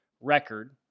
record